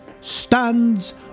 stands